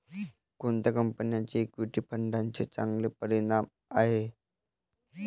कोणत्या कंपन्यांचे इक्विटी फंडांचे चांगले परिणाम आहेत?